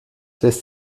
lässt